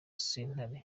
sentare